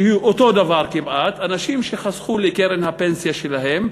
שהיא אותו הדבר כמעט: אנשים שחסכו לקרן הפנסיה שלהם,